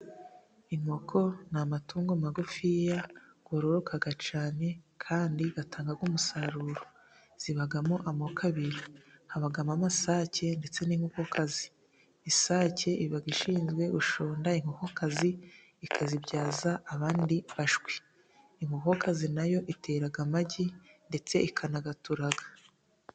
Inkoko ni amatungo magufi yororoka cyane kandi atanga umusaruro, zibamo amoko abiri; habamo amasake ndetse n'inkokokazi. Isake iba ishinzwe gushonda inkokokazi ikazibyaza indi mishwi, inkokokazi nayo itera amagi ndetse ikanayaturaga.